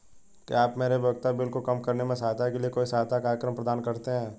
क्या आप मेरे उपयोगिता बिल को कम करने में सहायता के लिए कोई सहायता कार्यक्रम प्रदान करते हैं?